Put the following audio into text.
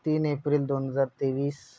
तीन एप्रिल दोन हजार तेवीस